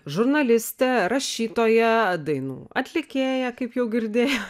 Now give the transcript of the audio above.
žurnalistė rašytoja dainų atlikėja kaip jau girdėjo